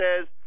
says